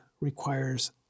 requires